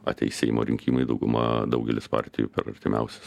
ateis seimo rinkimai dauguma daugelis partijų per artimiausią